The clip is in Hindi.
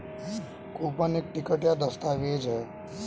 कूपन एक टिकट या दस्तावेज़ है